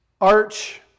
Arch